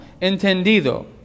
entendido